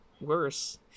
worse